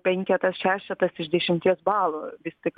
penketas šešetas iš dešimties balų vis tik